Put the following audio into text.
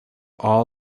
all